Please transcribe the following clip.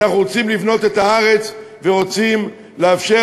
אנחנו רוצים לבנות את הארץ ורוצים לאפשר